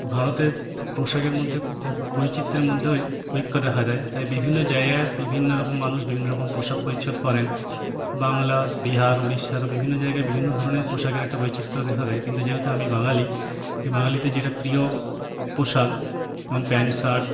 ভারতের পোশাকের মধ্যে যে বৈচিত্র্যের মধ্যে ঐক্য দেখা দেয় তাই বিভিন্ন জায়গার বিভিন্ন রকম মানুষ বিভিন্ন রকম পোশাক পরিচ্ছদ পরেন বাংলা বিহার উড়িষ্যা তো বিভিন্ন জায়গায় বিভিন্ন ধরণের পোশাকের একটা বৈচিত্র্য দেখা দেয় কিন্তু যেহেতু আমি বাঙালি বাঙালিতে যেটা প্রিয় পোশাক যেমন প্যান্ট শার্ট